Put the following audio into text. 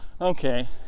okay